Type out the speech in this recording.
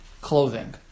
clothing